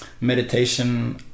meditation